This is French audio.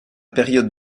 période